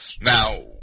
now